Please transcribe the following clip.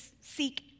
seek